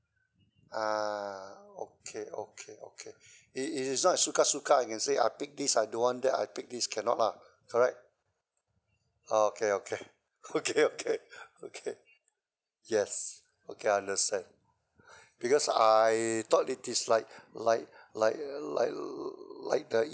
ah okay okay okay it it is not a suka suka I can say I pick these I don't want that I pick this cannot lah correct okay okay okay okay okay yes okay understand because I thought it is like like like like like the